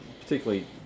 particularly